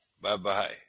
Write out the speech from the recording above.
Bye-bye